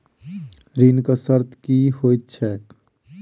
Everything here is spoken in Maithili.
ऋणक शर्त की होइत छैक?